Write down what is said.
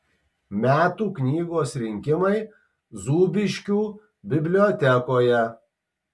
metų knygos rinkimai zūbiškių bibliotekoje